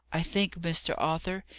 i think, mr. arthur,